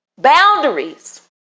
Boundaries